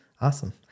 Awesome